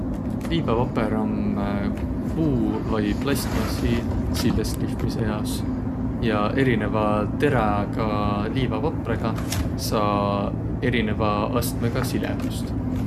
Liivapapõr om puu vai plastmassi silles lihvmise jaos. Ja erinevä teräga liivapaprõga saa erinevä astmõga silehüst.